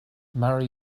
marry